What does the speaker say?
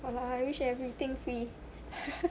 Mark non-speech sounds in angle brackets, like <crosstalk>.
orh I wish everything free <laughs>